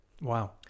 Wow